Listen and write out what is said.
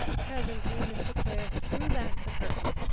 presently mr. clare threw back the curtain,